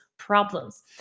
Problems